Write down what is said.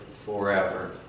forever